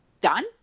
done